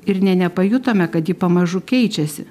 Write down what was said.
ir nė nepajutome kad ji pamažu keičiasi